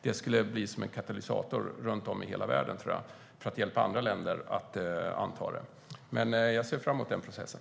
Det skulle bli som en katalysator runt om i hela världen att hjälpa andra länder att anta avtalet. Men jag ser fram emot den processen.